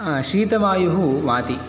शीतवायुः वाति